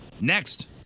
Next